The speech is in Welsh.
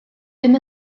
bum